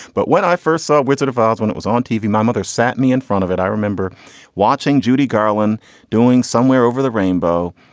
but when i first saw wizard of oz, when it was on tv, my mother sat me in front of it. i remember watching judy garland doing somewhere over the rainbow.